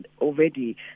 already